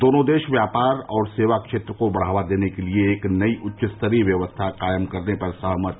दोनों देश व्यापार और सेवा क्षेत्र को बढ़ावा देने के लिए एक नई उच्चस्तरीय व्यवस्था कायम करने पर सहमत